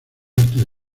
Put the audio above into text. artes